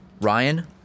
Ryan